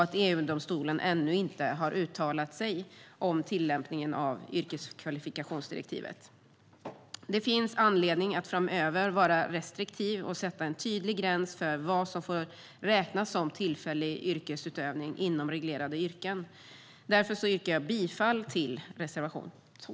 EU-domstolen har ännu inte uttalat sig om tillämpningen av yrkeskvalifikationsdirektivet. Det finns anledning att framöver vara restriktiv och sätta en tydlig gräns för vad som får räknas som tillfällig yrkesutövning inom reglerade yrken. Därför yrkar jag bifall till reservation 2.